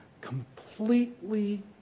completely